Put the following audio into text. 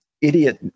idiot